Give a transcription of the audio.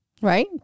right